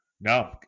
No